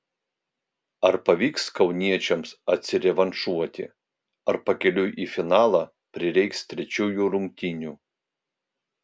ar pavyks kauniečiams atsirevanšuoti ar pakeliui į finalą prireiks trečiųjų rungtynių